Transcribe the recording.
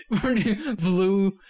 Blue